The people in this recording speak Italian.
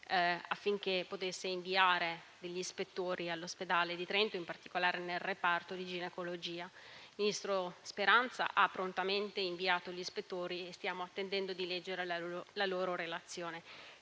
affinché potesse inviare degli ispettori all'ospedale di Trento, in particolare nel reparto di ginecologia. Il ministro Speranza ha prontamente inviato gli ispettori e stiamo attendendo di leggere la loro relazione.